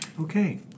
Okay